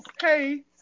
Hey